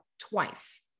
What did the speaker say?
twice